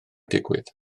digwydd